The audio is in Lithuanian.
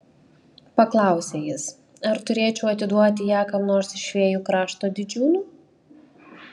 paklausė jis ar turėčiau atiduoti ją kam nors iš fėjų krašto didžiūnų